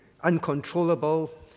uncontrollable